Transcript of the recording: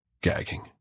gagging